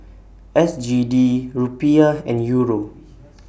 S G D Rupiah and Euro